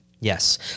Yes